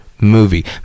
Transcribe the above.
movie